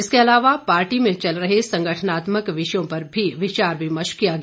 इसके अलावा पार्टी में चल रहे संगठनात्मक विषयों पर भी विचार विमर्श किया गया